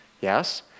Yes